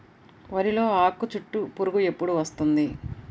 వరిలో ఆకుచుట్టు పురుగు ఎప్పుడు వస్తుంది?